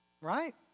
right